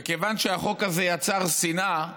וכיוון שהחוק יצר שנאה,